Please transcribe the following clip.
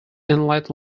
inlet